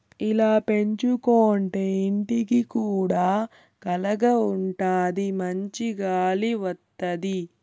ఇలా పెంచుకోంటే ఇంటికి కూడా కళగా ఉంటాది మంచి గాలి వత్తది